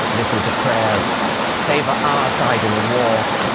listen to prayers favor our side in a war